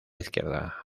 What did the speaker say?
izquierda